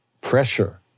pressure